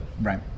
Right